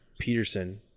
peterson